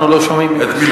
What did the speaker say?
אנחנו לא שומעים.